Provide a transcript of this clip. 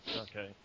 okay